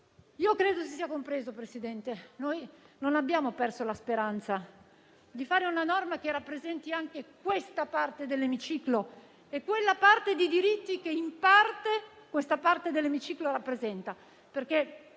Io credo si sia compreso, signor Presidente, che noi non abbiamo perso la speranza di predisporre una norma che rappresenti anche questa parte dell'Emiciclo e quella parte di diritti che in parte questa parte dell'Emiciclo rappresenta,